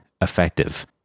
effective